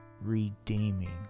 redeeming